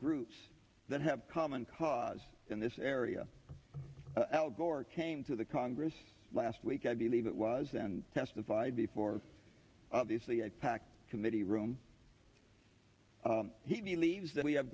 groups that have common cause in this area al gore came to the congress last week i believe it was and testified before obviously aipac committee room he believes that we have